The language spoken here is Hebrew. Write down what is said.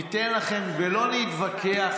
ניתן לכם ולא נתווכח,